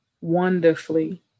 wonderfully